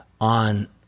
on